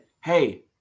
hey